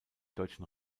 deutschen